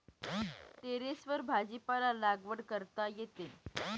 टेरेसवर भाजीपाला लागवड करता येते